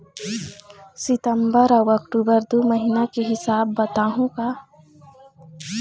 सितंबर अऊ अक्टूबर दू महीना के हिसाब बताहुं का?